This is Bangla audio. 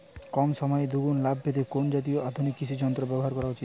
কম সময়ে দুগুন লাভ পেতে কোন জাতীয় আধুনিক কৃষি যন্ত্র ব্যবহার করা উচিৎ?